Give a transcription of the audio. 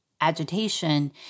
agitation